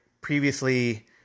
previously